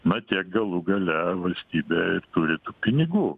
na tiek galų gale valstybė ir turi tų pinigų